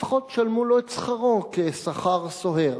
לפחות תשלמו לו את שכרו כשכר סוהר.